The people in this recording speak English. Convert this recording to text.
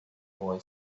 boy